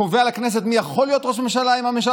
שקובע לכנסת מי יכול להיות ראש ממשלה אם הממשלה